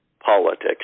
politics